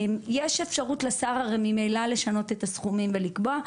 יש אפשרות לשר, ממילא, לשנות את הסכומים ולקבוע.